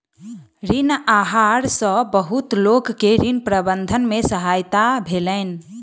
ऋण आहार सॅ बहुत लोक के ऋण प्रबंधन में सहायता भेलैन